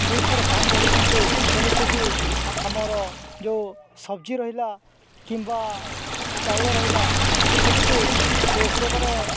ଜିନିଷର ଦାମ ବଢ଼େଇଛନ୍ତି ଯେମିତିକି ଆମର ଯେଉଁ ସବଜି ରହିଲା କିମ୍ବା ଚାଉଳ ରହିଲା ସେମିତି ସେମାନେ